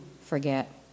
forget